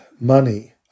money